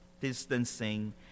distancing